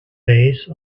base